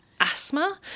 asthma